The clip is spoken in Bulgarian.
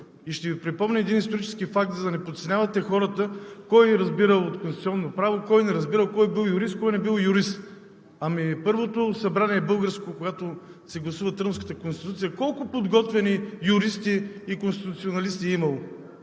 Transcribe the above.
И ще Ви припомня един исторически факт, за да не подценявате хората – кой разбирал от Конституционно право, кой не разбирал, кой бил юрист, кой не бил юрист. Ами в първото българско Събрание, когато се гласува Търновската конституция, колко подготвени юристи и конституционалисти е имало?